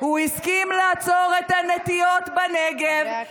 הוא הסכים לעצור את הנטיעות בנגב, חברי הכנסת.